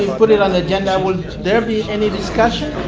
put it on the agenda, will there be any discussion?